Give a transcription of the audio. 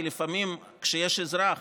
כי לפעמים, כשיש אזרח